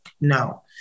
no